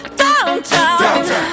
downtown